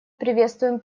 приветствуем